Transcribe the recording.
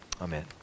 amen